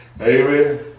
Amen